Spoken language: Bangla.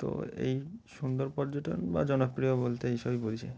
তো এই সুন্দর পর্যটন বা জনপ্রিয় বলতে এইসবই বুঝি